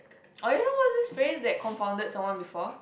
orh you know what's this phrase that confounded someone before